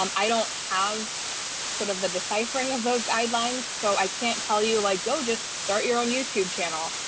um i don't have sort of the deciphering of those guidelines. so i can't tell you like go just start your own youtube channel.